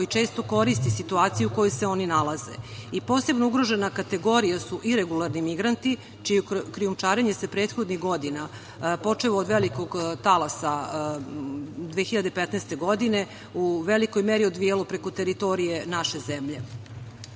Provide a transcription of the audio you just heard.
često koristi situaciju u kojoj se oni nalaze. Posebno ugrožena kategorija su iregularni migranti, čije krijumčarenje se prethodnih godina, počev od velikog talasa 2015. godine, u velikoj meri odvijalo preko teritorije naše zemlje. Iz